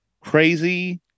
crazy